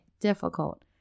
difficult